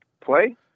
play